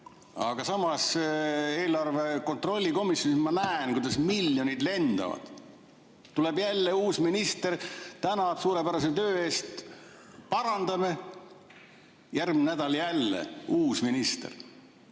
Aga samas eelarve kontrolli komisjonis ma näen, kuidas miljonid lendavad. Tuleb jälle uus minister, tänab suurepärase töö eest. Parandame! Järgmine nädal on jälle uus minister.